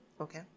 Okay